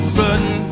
sudden